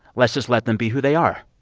let's just let them be who they are.